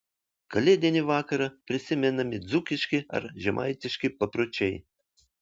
kalėdinį vakarą prisimenami dzūkiški ar žemaitiški papročiai